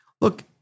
look